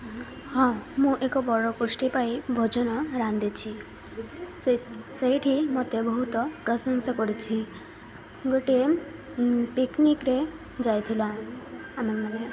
ହଁ ମୁଁ ଏକ ବଡ଼ ଗୋଷ୍ଠୀ ପାଇଁ ଭୋଜନ ରାନ୍ଧିଛି ସେ ସେଇଠି ମୋତେ ବହୁତ ପ୍ରଶଂସା କରିଛି ଗୋଟିଏ ପିକ୍ନିକ୍ରେ ଯାଇଥିଲୁ ଆମେମାନେ